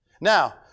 Now